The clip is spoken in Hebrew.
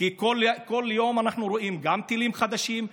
כי כל יום אנחנו רואים גם טילים חדשים,